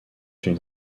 une